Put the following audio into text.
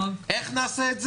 איך נעשה את זה?